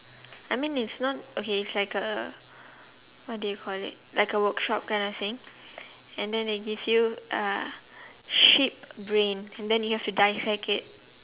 I mean it's not okay it's like a what do you call it like a workshop kind of thing and then they give you uh sheep brain then you have to dissect it